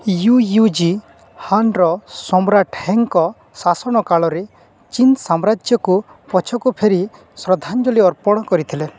you ୟୁ ଜି ହାନ୍ର ସମ୍ରାଟ ହେଙ୍କ ଶାସନ କାଳରେ ଚୀନ୍ ସାମ୍ରାଜ୍ୟକୁ ପଛକୁ ଫେରି ଶ୍ରଦ୍ଧାଞ୍ଜଳି ଅର୍ପଣ କରିଥିଲେ